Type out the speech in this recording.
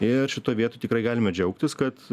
ir šitoj vietoj tikrai galime džiaugtis kad